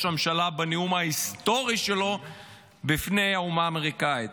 הממשלה בנאום ההיסטורי שלו לפני האומה האמריקאית.